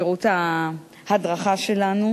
שירות ההדרכה שלנו.